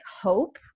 hope